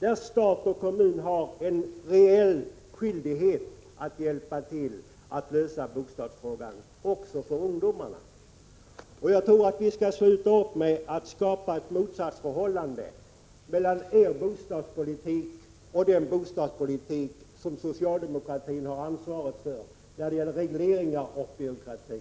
där stat och kommun har en reell skyldighet att hjälpa till att lösa bostadsfrågan också för ungdomarna. Jag tycker att vi skall sluta upp med att skapa ett motsatsförhållande mellan er bostadspolitik och den bostadspolitik som socialdemokratin har ansvaret för när det gäller regleringar och byråkrati.